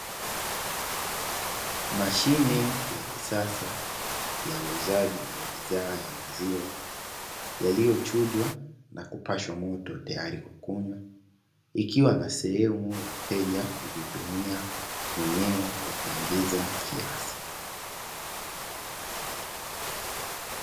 Mashine ya kisasa ya uuzaji wa bidhaa ya maziwa yaliyochujwa na kupashwa moto tayari kwa kunywa, ikiwa na sehemu ya mteja kujihudumia mwenyewe kwa kuingiza kiasi.